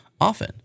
often